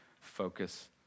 focus